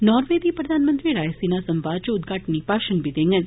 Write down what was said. Norway की प्रधानमंत्री रायसीना संवाद इच उद्घाटनी भाषण बी दैंऊन